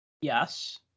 Yes